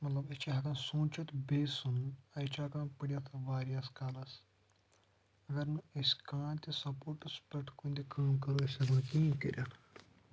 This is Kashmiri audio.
مطلب أسۍ چھِ ہیکان سوٗنچِتھ بیٚیہِ سُند أسۍ چھِ ہیکان پلتھ واریاہَس کالَس اگر نہٕ أسۍ کانہہ تہِ سپورٹٕس پٮ۪ٹھ کُنہِ تہِ کٲم کرو أسۍ ہیکو نہٕ کہیٖنۍ کٔرِتھ